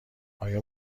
آیا